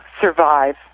survive